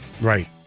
Right